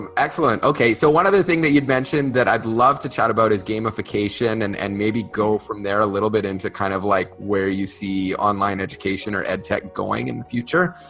um excellent, okay so one other thing that you'd mentioned that i'd love to chat about is gamification and and maybe go from there a little bit into kind of like where you see online education or edtech going in the future.